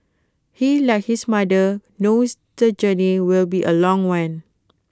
he like his mother knows the journey will be A long one